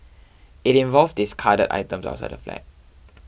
it involved discarded items outside the flat